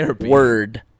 word